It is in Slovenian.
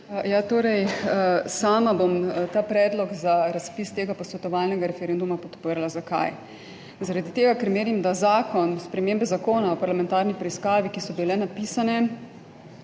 (NeP):** Sama bom ta predlog za razpis tega posvetovalnega referenduma podprla. Zakaj? Zaradi tega ker menim, da zakon, spremembe Zakona o parlamentarni preiskavi, ki so bile napisane,